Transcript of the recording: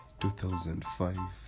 2005